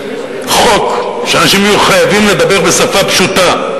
חוק שאנשים יהיו חייבים לדבר בשפה פשוטה,